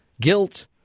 guilt